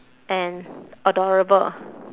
and adorable